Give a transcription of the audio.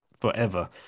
forever